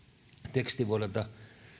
teksti vuodelta